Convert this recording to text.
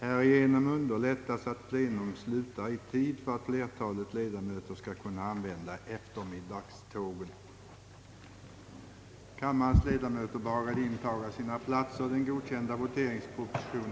Härigenom underlättas att plenum slutar i tid för att flertalet ledamöter skall kunna använda eftermiddagstågen.